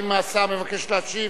האם השר מבקש להשיב